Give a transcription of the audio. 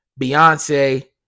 Beyonce